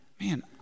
Man